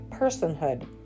personhood